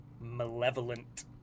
malevolent